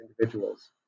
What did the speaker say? individuals